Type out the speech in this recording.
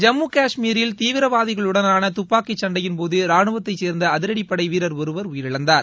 ஜம்முகஷ்மீரில் தீவிரவாதிகளுடனான துப்பாக்கிச் சண்டையின் போது ராணுவத்தை சேர்ந்த அதிரடி படை வீரர் ஒருவர் உயிரிழந்தார்